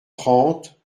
trente